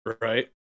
Right